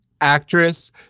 actress